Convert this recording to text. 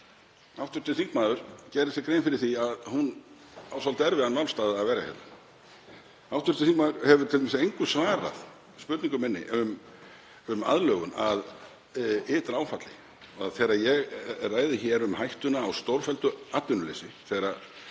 að hv. þingmaður gerði sér grein fyrir því að hún á svolítið erfiðan málstað að verja. Hv. þingmaður hefur t.d. engu svarað spurningu minni um aðlögun að ytra áfalli. Þegar ég ræði hér um hættuna á stórfelldu atvinnuleysi, þegar